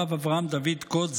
הרב אברהם דוד קוט,